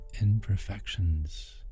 imperfections